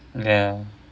ya